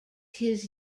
his